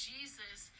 Jesus